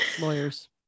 Lawyers